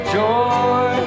joy